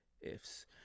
ifs